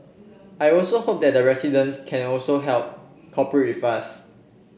I also hope that residents can also help cooperate with us